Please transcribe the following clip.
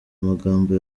amagambo